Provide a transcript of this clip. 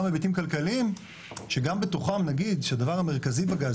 היבטים כלכליים שגם בתוכם נגיד שהדבר המרכזי בגז,